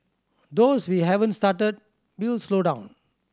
those we haven't started we'll slow down